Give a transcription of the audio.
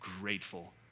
grateful